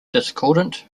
discordant